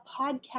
podcast